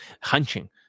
hunching